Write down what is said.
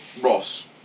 Ross